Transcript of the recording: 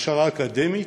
ההכשרה האקדמית,